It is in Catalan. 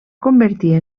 convertir